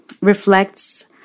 reflects